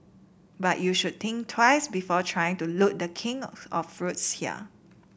but you should think twice before trying to loot the king of of fruits here